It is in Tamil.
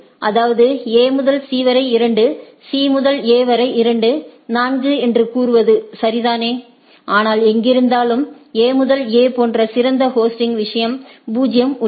அதாவது A முதல் C வரை 2 C முதல் A வரை 2 4 என்று கூறுவது சரிதானே ஆனால் எங்கிருந்தாலும் A முதல் A போன்ற சிறந்த ஹோஸ்டிங் விஷயம் 0 உள்ளது